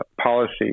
policy